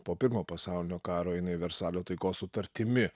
po pirmo pasaulinio karo jinai versalio taikos sutartimi